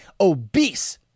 Obese